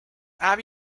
have